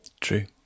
True